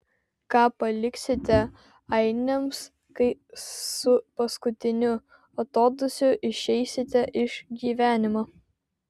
ką paliksite ainiams kai su paskutiniu atodūsiu išeisite iš gyvenimo